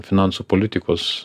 finansų politikos